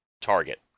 target